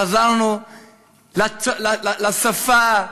חזרנו לשפה,